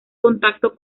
contacto